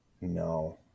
No